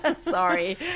Sorry